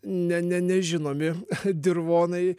ne ne nežinomi dirvonai